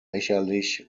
lächerlich